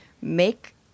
make